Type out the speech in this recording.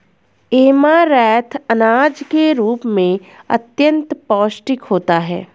amaranth अनाज के रूप में अत्यंत पौष्टिक होता है